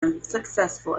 unsuccessful